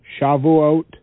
Shavuot